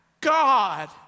God